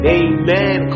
amen